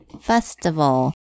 Festival